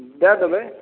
दै देबै